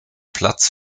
platz